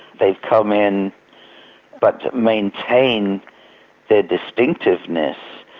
they've come in but maintain their distinctiveness,